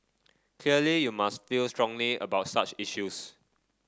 clearly you must feel strongly about such issues